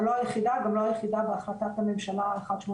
אבל היא לא היחידה והיא גם לא היחידה בהחלטת הממשלה 187,